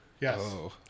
Yes